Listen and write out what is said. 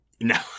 No